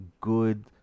good